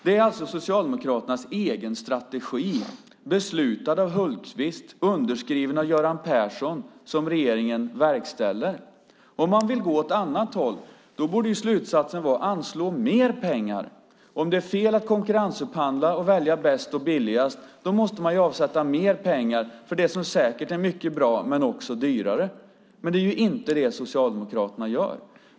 Det är alltså Socialdemokraternas egen strategi, beslutad av Hultqvist och underskriven av Göran Persson, som regeringen verkställer. Om man vill gå åt ett annat håll borde slutsatsen vara att man ska anslå mer pengar. Om det är fel att konkurrensupphandla och välja bäst och billigast måste man också avsätta mer pengar för det som säkert är mycket bra men också dyrare. Men det är inte det Socialdemokraterna gör.